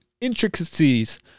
intricacies